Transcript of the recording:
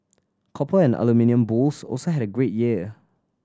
copper and aluminium bulls also had a great year